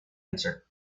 answer